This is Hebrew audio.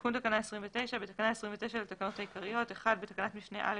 17.תיקון תקנה 29 בתקנה 29 לתקנות העיקריות בתקנת משנה (א),